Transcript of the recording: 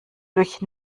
durch